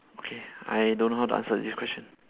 okay I don't know how to answer this question